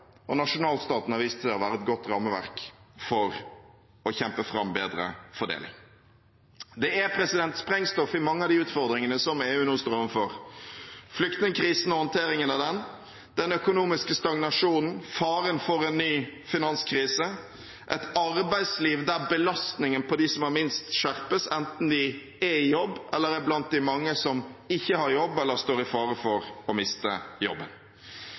og nasjonalstaten har vist seg å være et godt rammeverk for å kjempe fram bedre fordeling. Det er sprengstoff i mange av de utfordringene som EU nå står overfor: flyktningkrisen og håndteringen av den, den økonomiske stagnasjonen, faren for en ny finanskrise og et arbeidsliv der belastningen på dem som har minst, skjerpes, enten de er i jobb eller er blant de mange som ikke har jobb eller står i fare for å miste jobben.